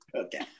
Okay